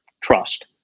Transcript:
trust